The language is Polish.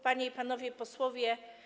Panie i Panowie Posłowie!